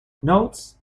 nodes